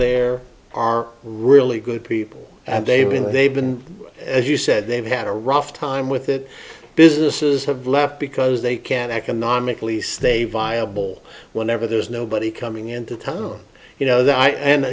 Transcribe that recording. there are really good people and they've been they've been as you said they've had a rough time with it businesses have left because they can economic lease they viable whenever there's nobody coming into town you know th